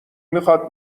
میخواد